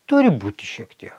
turi būti šiek tiek